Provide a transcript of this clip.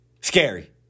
Scary